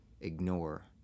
ignore